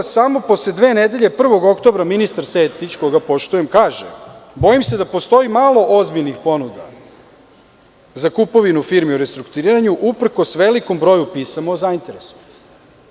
Samo posle dve nedelje 1. oktobra ministar Sertić, koga poštujem, kaže – bojim se da postoji malo ozbiljnih ponuda za kupovinu firmi u restrukturiranju uprkos velikom broju pisama o zainteresovanosti.